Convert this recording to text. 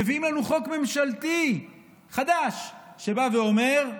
מביאים לנו חוק ממשלתי חדש שבא ואומר: